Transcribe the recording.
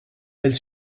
elle